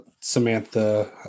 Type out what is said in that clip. Samantha